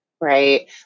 Right